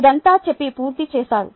ఇదంతా చెప్పి పూర్తి చేస్తారు